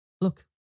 Look